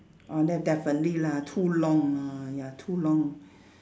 orh that definitely lah too long ah ya too long